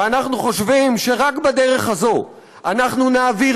ואנחנו חושבים שרק בדרך הזו אנחנו נעביר